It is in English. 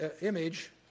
Image